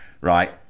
Right